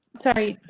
sorry,